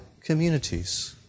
communities